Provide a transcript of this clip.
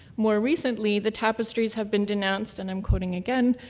more recently, the tapestries have been denounced, and i'm quoting again,